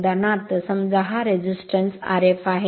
उदाहरणार्थ समजा हा प्रतिकार Rf आहे